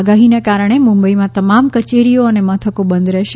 આગાહીને કારણે મુંબઈમાં તમામ કચેરીઓ અને મથકો બંધ રહેશે